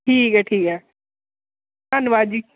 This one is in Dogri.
ठीक ऐ ठीक ऐ धन्यवाद जी